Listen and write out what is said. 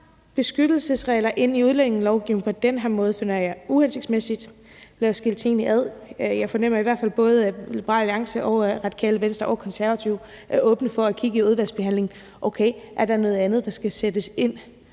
beskyttelsesregler ind i udlændingelovgivningen på den her måde, finder jeg uhensigtsmæssigt. Lad os skille tingene ad. Jeg fornemmer i hvert fald, at både Liberal Alliance, Radikale Venstre og Konservative er åbne for i udvalgsbehandlingen at kigge på, om der er noget andet, der skal sættes ind.